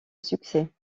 succès